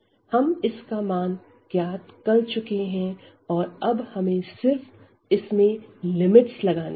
हम इस का मान ज्ञात कर चुके हैं और अब हमें सिर्फ इस में लिमिट्स लगानी है